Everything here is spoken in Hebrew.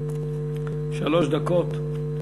שלוש דקות לרשותך.